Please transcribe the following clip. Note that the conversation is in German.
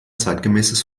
zeitgemäßes